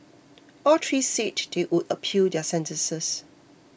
all three said they would appeal their sentences